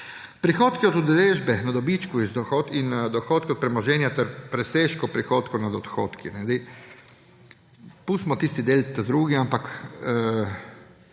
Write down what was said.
Prihodki od udeležbe na dobičku in dohodki od premoženja ter presežkov prihodkov nad odhodki. Pustimo tisti del, drugi, ampak